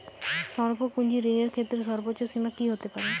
স্বল্প পুঁজির ঋণের ক্ষেত্রে সর্ব্বোচ্চ সীমা কী হতে পারে?